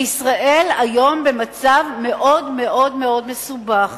כי ישראל במצב מאוד מאוד מאוד מסובך.